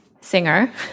Singer